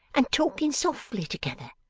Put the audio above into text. and talking softly together.